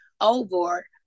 over